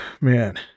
man